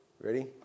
Ready